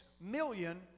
million